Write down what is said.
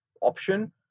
option